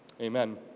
Amen